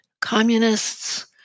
communists